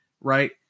Right